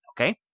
Okay